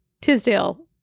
Tisdale